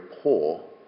poor